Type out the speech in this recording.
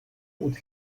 would